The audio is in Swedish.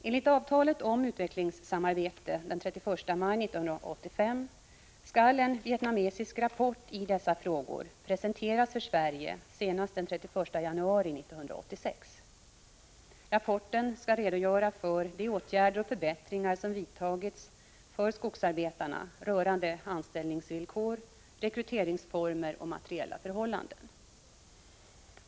Enligt avtalet om utvecklingssamarbete den 31 maj 1985 skall en vietnamesisk rapport i dessa frågor presenteras för Sverige senast den 31 januari 1986. Rapporten skall redogöra för de åtgärder och förbättringar som vidtagits för skogsarbetarna rörande anställningsvillkor, rekryteringsformer och materiella förhållanden.